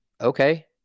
okay